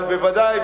אבל בוודאי,